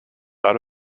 out